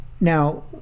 Now